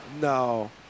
No